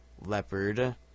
Leopard